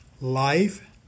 life